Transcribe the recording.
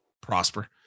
prosper